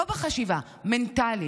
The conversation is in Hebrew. לא בחשיבה, מנטלית.